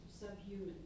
subhuman